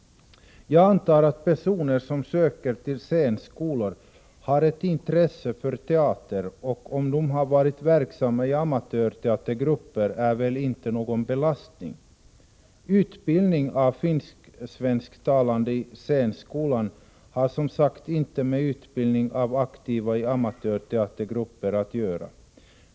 Jag antar att personer som söker till scenskolor har ett intresse för teater, och om de varit verksamma i amatörteatergrupper utgör väl inte någon belastning. Utbildning av svensk-finsk-talande i scenskolan har som sagt inte med utbildning av aktiva i amatörteatergrupper att göra.